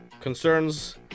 Concerns